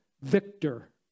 victor